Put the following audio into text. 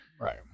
right